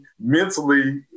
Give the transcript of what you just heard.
mentally